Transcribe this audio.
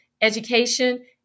education